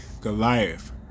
Goliath